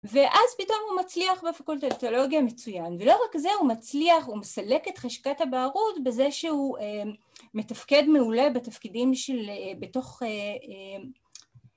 ‫ואז פתאום הוא מצליח ‫בפקולטה לתיאולוגיה מצוין. ‫ולא רק זה, הוא מצליח, ‫הוא מסלק את חשכת הבערות ‫בזה שהוא מתפקד מעולה ‫בתפקידים של... בתוך...